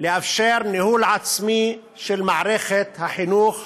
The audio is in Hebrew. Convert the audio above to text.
לאפשר ניהול עצמי של מערכת החינוך הערבית.